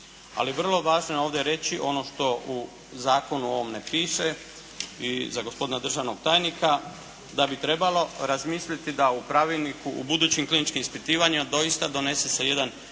ali vrlo važno je ovdje reći ono što u zakonu ovom ne piše i za gospodina državnog tajnika da bi trebalo razmisliti da u pravilniku u budućim kliničkim ispitivanjima doista donese se jedan